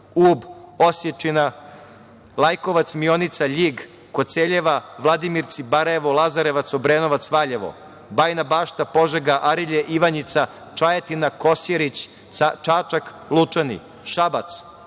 Ub, Osečina, Lajkovac, Mionica, Ljig, Koceljeva, Vladimirci, Barajevo, Lazarevac, Obranovac, Valjevo, Bajina Bašta, Požega, Arilje, Ivanjica, Čajetina, Kosjerić, Čačak, Lučani, Šabac,